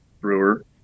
Brewer